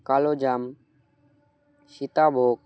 কালোজাম Sitabhog